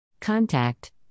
Contact